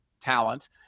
talent